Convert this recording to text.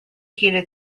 heated